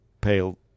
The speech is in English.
pale